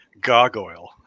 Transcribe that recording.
Gargoyle